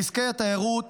בעסקי התיירות